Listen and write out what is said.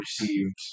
received